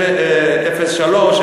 01,